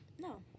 No